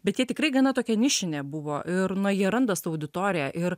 bet jie tikrai gana tokia nišinė buvo ir na jie randa savo auditoriją ir